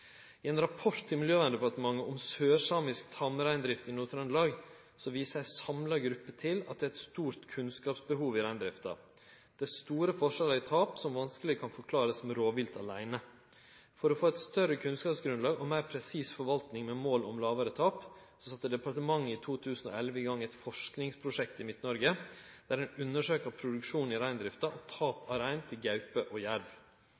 I ein rapport til Miljøverndepartementet om sørsamisk tamreindrift i Nord-Trøndelag viser ei samla gruppe til at det er eit stort kunnskapsbehov i reindrifta. Det er store skilnader i tap som vanskeleg kan verte forklart med rovvilt aleine. For å få eit større kunnskapsgrunnlag og meir presis forvalting med mål om lågare tap sette departementet i 2011 i gang eit forskingsprosjekt i Midt-Noreg, der ein undersøkjer produksjon i reindrifta og tap av rein til gaupe og